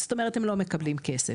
זאת אומרת הם לא מקבלים כסף.